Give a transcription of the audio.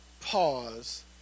pause